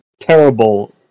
terrible